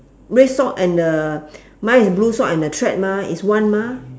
red sock and the mine is blue sock and the thread mah is one mah